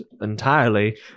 entirely